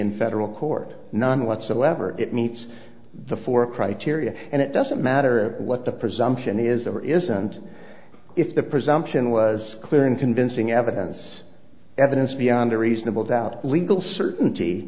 in federal court none whatsoever it meets the four criteria and it doesn't matter what the presumption is or isn't if the presumption was clear and convincing evidence evidence beyond a reasonable doubt legal certainty